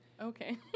Okay